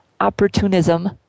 opportunism